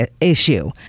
issue